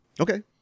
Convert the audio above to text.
Okay